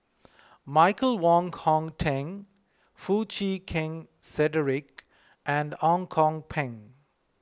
Michael Wong Hong Teng Foo Chee Keng Cedric and Ang Kok Peng